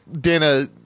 Dana